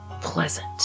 pleasant